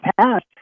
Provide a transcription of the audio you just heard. past